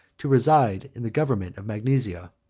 to reside in the government of magnesia.